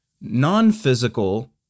non-physical